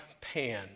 Pan